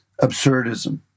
absurdism